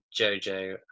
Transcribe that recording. Jojo